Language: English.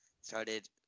started